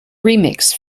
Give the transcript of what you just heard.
remix